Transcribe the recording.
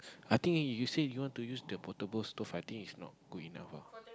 I think you you say you want to use the portable stove I think it's not good enough ah